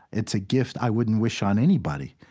it's a gift i wouldn't wish on anybody